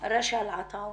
לרשא אלעטאונה.